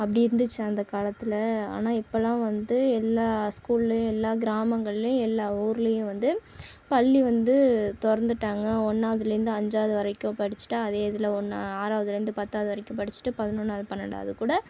அப்படி இருந்துச்சு அந்த காலத்தில் ஆனால் இப்போலாம் வந்து எல்லா ஸ்கூல்லையும் எல்லா கிராமங்கள்லையும் எல்லா ஊர்லையும் வந்து பள்ளி வந்து திறந்துட்டாங்க ஒன்றாவதுலேந்து அஞ்சாவது வரைக்கும் படிச்சுட்டு அதே இதில் ஒன்றா ஆறாவதுலேருந்து பத்தாவது வரைக்கும் படிச்சுட்டு பதினொன்னாவது பன்னெண்டாவது கூட